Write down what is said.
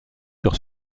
sur